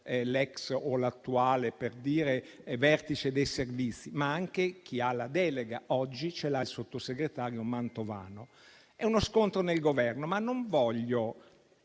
l'ex o l'attuale vertice dei Servizi, ma anche chi ne ha la delega: oggi ce l'ha il sottosegretario Mantovano. È uno scontro nel Governo, che però non voglio